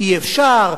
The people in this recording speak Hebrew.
אי-אפשר,